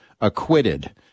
acquitted